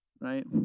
Right